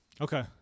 Okay